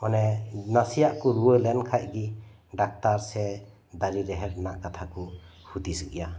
ᱚᱱᱮ ᱱᱟᱥᱮᱭᱟᱜ ᱠᱩ ᱨᱩᱭᱟᱹ ᱞᱮᱱᱠᱷᱟᱱ ᱜᱮ ᱰᱟᱠᱛᱟᱨ ᱥᱮ ᱫᱟᱹᱨᱤ ᱨᱮᱦᱮᱫ ᱨᱮᱱᱟᱜ ᱠᱟᱛᱷᱟ ᱠᱩ ᱦᱩᱫᱤᱥ ᱜᱮᱭᱟ